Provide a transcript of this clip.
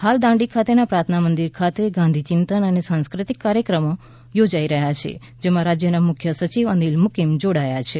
હાલ દાંડી ખાતેના પ્રાર્થના મંદિર ખાતે ગાંધી ચિંતન અને સાંસ્કૃતિક કાર્યક્રમ યોજાઇ રહ્યા છે જેમાં રાજ્યના મુખ્ય સચિવ અનિલ મૂકીમ જોડાયા છે